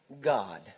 God